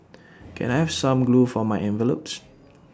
can I have some glue for my envelopes